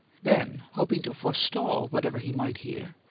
then, hoping to forestall whatever he might hear,